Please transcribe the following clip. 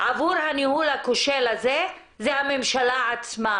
עבור הניהול הכושל הזה זו הממשלה עצמה,